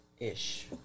Ish